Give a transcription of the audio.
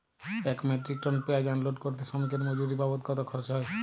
এক metric ton পেঁয়াজ unload করতে শ্রমিকের মজুরি বাবদ কত খরচ হয়?